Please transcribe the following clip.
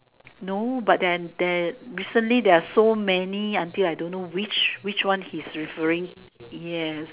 no but then there recently there are so many until I don't know which which one he's referring yes